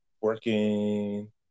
working